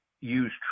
use